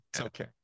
okay